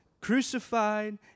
crucified